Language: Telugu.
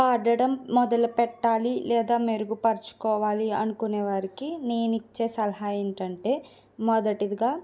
పాడటం మొదలు పెట్టాలి లేదా మెరుగుపరచుకోవాలి అనుకునే వారికి నేను ఇచ్చే సలహా ఏంటంటే మొదటగా